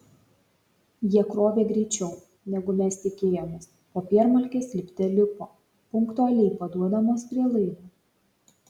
jie krovė greičiau negu mes tikėjomės popiermalkės lipte lipo punktualiai paduodamos prie laivo